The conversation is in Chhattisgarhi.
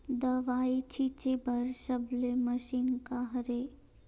दवाई छिंचे बर सबले मशीन का हरे?